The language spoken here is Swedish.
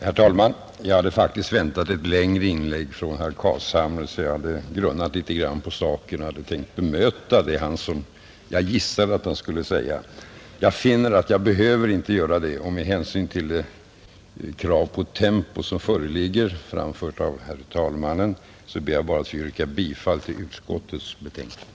Herr talman! Jag hade faktiskt väntat ett längre inlägg från herr Carlshamre och hade tänkt mångordigt bemöta det jag gissade att han skulle säga. Jag finner att jag inte behöver göra det. Med hänsyn till det krav på tempo som framförts av herr talmannen ber jag därför bara att få yrka bifall till utskottets hemställan.